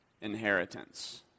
inheritance